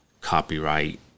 copyright